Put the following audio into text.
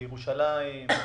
בירושלים.